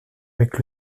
avec